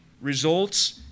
results